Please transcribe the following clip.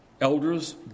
Elders